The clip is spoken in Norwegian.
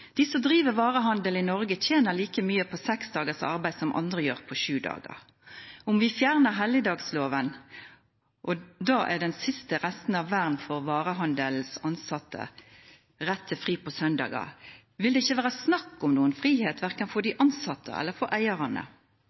De som driver varehandel i Norge, tjener like mye på seks dagers arbeid som andre gjør på sju dager. Om vi fjerner helligdagsloven, og da den siste rest av vern for varehandelsansattes rett til fri på søndager, vil det ikke være snakk om noen frihet, verken for de ansatte eller for eierne.